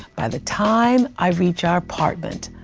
by the time i reach our apartment,